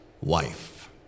wife